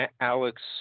Alex